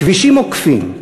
כבישים עוקפים.